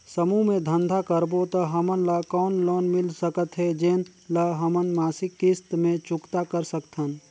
समूह मे धंधा करबो त हमन ल कौन लोन मिल सकत हे, जेन ल हमन मासिक किस्त मे चुकता कर सकथन?